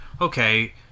okay